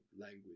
language